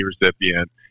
recipient